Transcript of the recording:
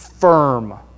firm